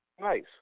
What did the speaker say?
Nice